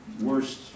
worst